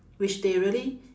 which they really